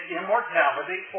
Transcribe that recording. immortality